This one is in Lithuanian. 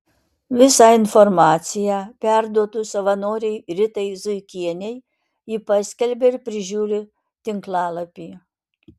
visą informaciją perduodu savanorei ritai zuikienei ji paskelbia ir prižiūri tinklalapį